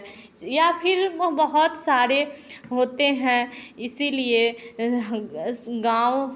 या फिर वह बहुत सारे होते हैं इसीलिए गाँव